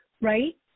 Right